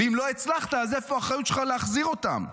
ואם לא הצלחת, אז איפה האחריות שלך להחזיר אותם?